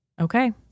Okay